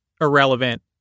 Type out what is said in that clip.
irrelevant